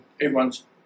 everyone's